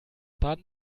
baden